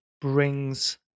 brings